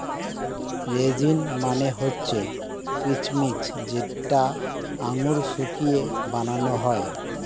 raisin মানে হচ্ছে কিচমিচ যেটা আঙুর শুকিয়ে বানানো হয়